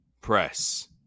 press